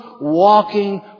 walking